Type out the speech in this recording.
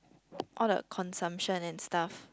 all the consumption and stuff